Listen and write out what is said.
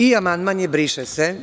I, amandman je – briše se.